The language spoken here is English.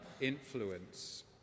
influence